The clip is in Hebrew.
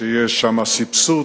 שיש שם סבסוד,